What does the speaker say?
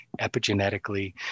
epigenetically